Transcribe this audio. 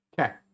Okay